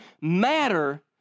matter